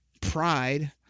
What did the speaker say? pride